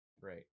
Right